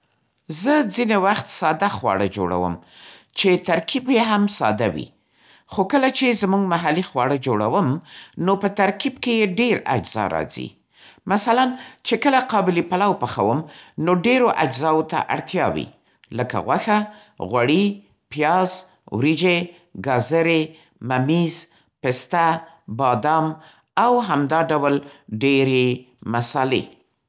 ستاسو د خوښې وړ غذايي ترکيب کې څومره اجزا شتون لري؟ زه ځیني وخت ساده خواړه جوړوم چې ترکیب یې هم ساده وي. خو کله چې زموږ محلي خواړه جوړوم نو په ترکیب کې یې ډېر اجزا راځي. مثلا چې کله قابلي پلو پخوم نو ډېرو اجزاوو ته اړتیا وي. لکه؛ غوښه، غوړي، پیاز، وریجې، ګاذرې، ممیز، پسته، بادام او همدا ډول ډېرې مصالې!